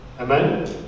Amen